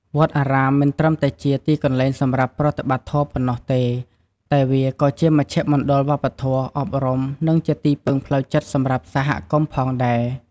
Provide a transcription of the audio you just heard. វត្តអារាមមិនត្រឹមតែជាទីកន្លែងសម្រាប់ប្រតិបត្តិធម៌ប៉ុណ្ណោះទេ តែវាក៏ជាមជ្ឈមណ្ឌលវប្បធម៌ អប់រំ និងជាទីពឹងផ្លូវចិត្តសម្រាប់សហគមន៍ផងដែរ។